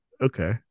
Okay